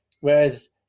whereas